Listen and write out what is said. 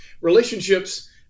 relationships